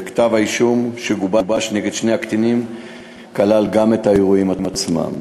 וכתב-האישום שגובש נגד שני הקטינים כלל את האירועים עצמם.